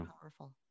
powerful